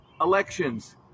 elections